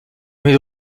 l’ami